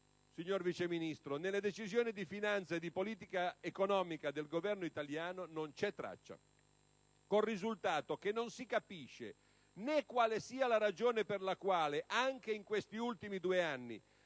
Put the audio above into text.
signor Vice Ministro, nelle decisioni di finanza e di politica economica del Governo italiano non c'è traccia, con il risultato che non si capisce né quale sia la ragione per la quale, anche in questi ultimi due anni,